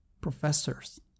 professors